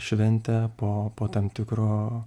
šventę po po tam tikro